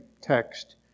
text